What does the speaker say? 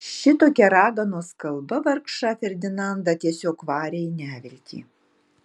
šitokia raganos kalba vargšą ferdinandą tiesiog varė į neviltį